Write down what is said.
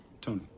Tony